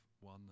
one